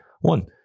one